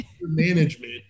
management